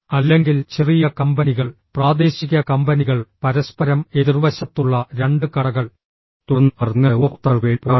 അല്ലെങ്കിൽ ചെറിയ കമ്പനികൾ പ്രാദേശിക കമ്പനികൾ പരസ്പരം എതിർവശത്തുള്ള രണ്ട് കടകൾ തുടർന്ന് അവർ തങ്ങളുടെ ഉപഭോക്താക്കൾക്ക് വേണ്ടി പോരാടുന്നു